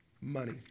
money